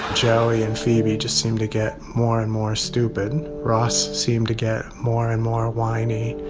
joey and phoebe just seemed to get more and more stupid. ross seemed to get more and more whiny.